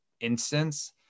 instance